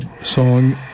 song